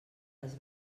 les